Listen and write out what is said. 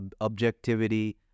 objectivity